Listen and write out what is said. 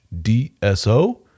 DSO